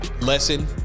Lesson